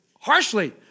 harshly